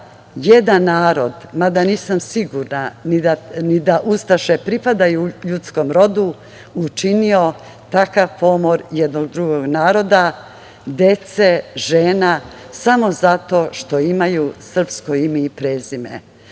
jedan narod, mada nisam sigurna ni da ustaše pripadaju ljudskom rodu, učinio takav pomor jednog drugog naroda, dece, žena, a samo zato što imaju srpsko ime i prezime. Danas